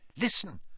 Listen